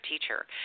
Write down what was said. teacher